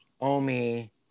Omi